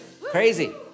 Crazy